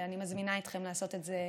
ואני מזמינה אתכם לעשות את זה ביחד.